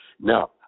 Now –